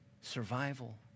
survival